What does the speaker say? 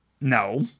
No